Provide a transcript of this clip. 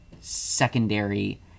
secondary